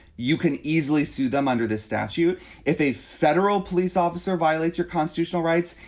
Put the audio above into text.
you can easily sue them under this statute if a federal police officer violates your constitutional rights.